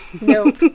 Nope